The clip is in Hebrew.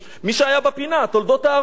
מי שהיה בפינה, "תולדות אהרן".